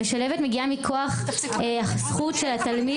המשלבת מגיעה מכוח הזכות של התלמיד